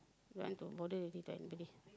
don't want to bother already